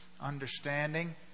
understanding